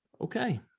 okay